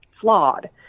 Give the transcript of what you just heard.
flawed